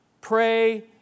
pray